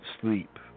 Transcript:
sleep